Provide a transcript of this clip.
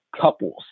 couples